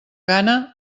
gana